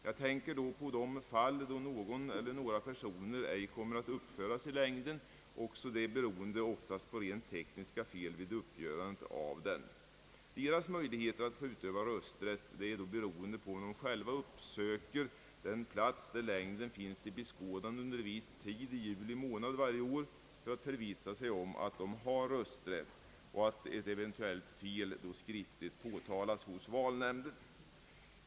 Jag tänker på de fall då någon eller några personer ej kommer att uppföras i längden, ofta beroende på rent tekniska fel vid uppgörandet av denna. Deras möjlighet att få utöva rösträtten är då beroende på om de själva uppsöker den plats där röstlängden finns till beskådande under viss tid i juli månad varje år för att förvissa sig om att de har rösträtt, och att ett eventuellt fel skriftligt påtalas hos valnämnden.